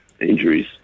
injuries